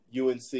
UNC